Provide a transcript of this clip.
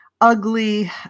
ugly